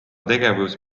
tegevus